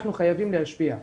אנחנו חייבים להשפיע.